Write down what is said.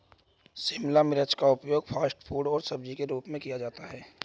शिमला मिर्च का उपयोग फ़ास्ट फ़ूड और सब्जी के रूप में किया जाता है